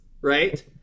right